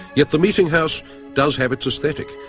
yet the meeting house does have its aesthetic.